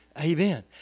Amen